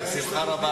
בשמחה רבה,